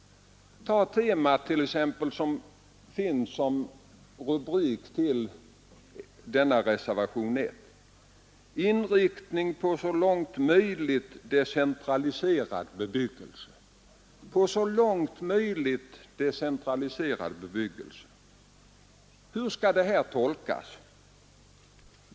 Ta t.ex. reservationens rubrik: Regionalpolitikens inriktning på en så långt möjligt decentraliserad bebyggelse, m.m.